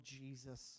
Jesus